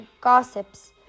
gossips